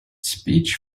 speech